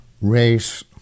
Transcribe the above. Race